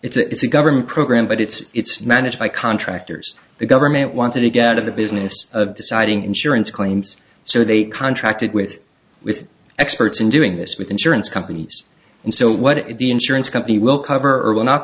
is a it's a government program but it's managed by contractors the government wanted to get out of the business of deciding insurance claims so they contracted with with experts in doing this with insurance companies and so what if the insurance company will cover or